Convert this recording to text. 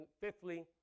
fifthly